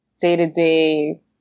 day-to-day